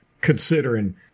considering